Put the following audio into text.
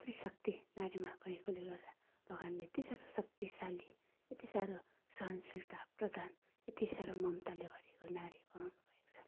त्रिशक्ति नारीमा भएकोले गर्दा भगवान्ले यति साह्रो शक्तिशाली यति साह्रो सहनशीलता प्रदान यति साह्रो ममताले भरेको नारी बनाउनु भएको छ